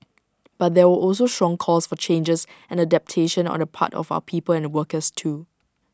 but there were also strong calls for changes and adaptation on the part of our people and workers too